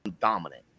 dominant